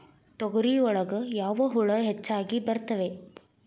ತೊಗರಿ ಒಳಗ ಯಾವ ಹುಳ ಹೆಚ್ಚಾಗಿ ಬರ್ತವೆ?